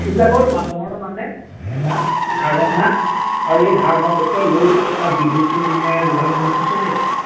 এইবিলাকৰ মানুহৰ মানে এটা ধাৰণা আৰু এই ধাৰণাটোকে লৈ আমাৰ বিহুটো মানে ব'হাগ বিহুতো চলি আছে